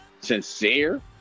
sincere